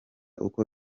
uko